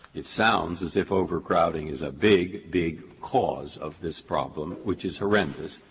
it sounds as if overcrowding is a big, big cause of this problem, which is horrendous,